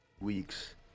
...weeks